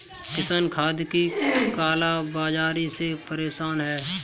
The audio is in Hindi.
किसान खाद की काला बाज़ारी से परेशान है